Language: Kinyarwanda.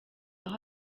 aho